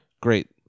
great